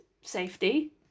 safety